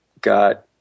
got